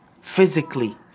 physically